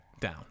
down